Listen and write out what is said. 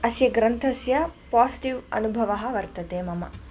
अस्य ग्रन्थस्य पासिटिव् अनुभवः वर्तते मम